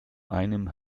einem